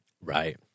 Right